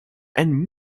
and